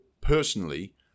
Personally